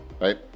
right